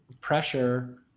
pressure